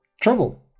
Trouble